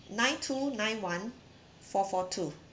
nine two nine one four four two